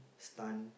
stunned